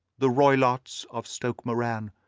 the roylotts of stoke moran,